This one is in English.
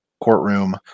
courtroom